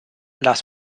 las